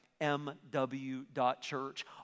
mw.church